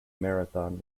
marathon